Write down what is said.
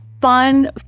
fun